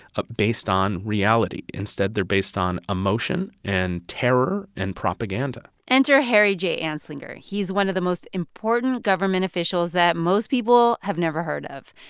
ah based on reality. instead, they're based on emotion and terror and propaganda enter harry j. anslinger. he's one of the most important government officials that most people have never heard of.